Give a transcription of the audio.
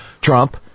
Trump